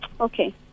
okay